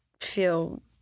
feel